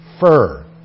fur